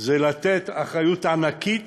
זה לתת אחריות ענקית